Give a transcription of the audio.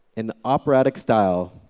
an operatic style,